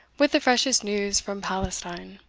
with the freshest news from palestine